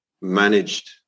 managed